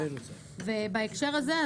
בהקשר הזה,